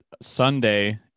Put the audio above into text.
Sunday